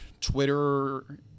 Twitter